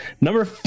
Number